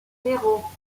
zéro